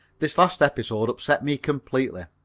this last episode upset me completely,